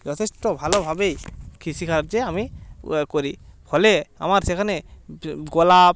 যথেষ্ট ভালোভাবেই কৃষিকার্য আমি করি ফলে আমার সেখানে গোলাপ